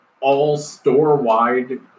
all-store-wide